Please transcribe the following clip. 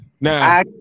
Now